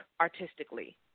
artistically